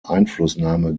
einflussnahme